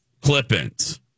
Clip-ins